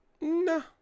No